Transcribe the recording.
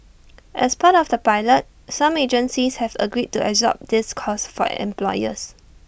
as part of the pilot some agencies have agreed to absorb this cost for employers